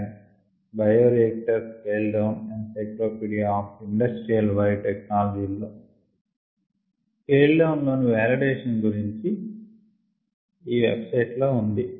2010 bioreactor scale down encyclopedia of industrial biotechnology లో scale down లోని validation గురించి ఈ వెబ్సైట్ లో ఉంది